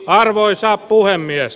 arvoisa puhemies